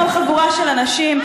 במקום חבורה של אנשים,